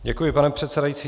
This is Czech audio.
Děkuji, pane předsedající.